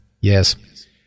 yes